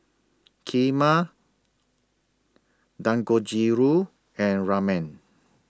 Kheema Dangojiru and Ramen